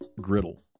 griddle